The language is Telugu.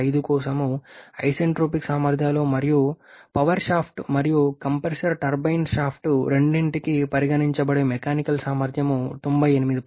85 కోసం ఐసెంట్రోపిక్ సామర్థ్యాలు మరియు పవర్ షాఫ్ట్ మరియు కంప్రెసర్ టర్బైన్ షాఫ్ట్ రెండింటికీ పరిగణించబడే మెకానికల్ సామర్థ్యం 98